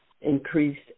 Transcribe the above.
increased